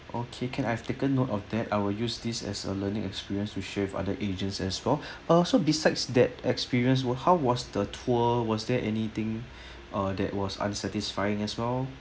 okay can I have taken note of that I will use this as a learning experience to share with other agents as well uh so besides that experience were how was the tour was there anything ah that was unsatisfying as well